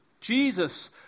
jesus